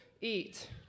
eat